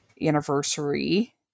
anniversary